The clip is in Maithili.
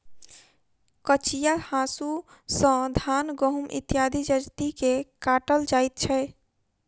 कचिया हाँसू सॅ धान, गहुम इत्यादि जजति के काटल जाइत छै